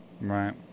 Right